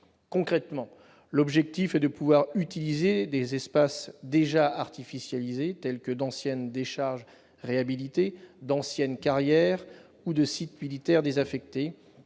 Concrètement, l'objectif est de pouvoir utiliser des espaces déjà artificialisés, tels que d'anciennes décharges réhabilitées, d'anciennes carrières ou des sites militaires désaffectés,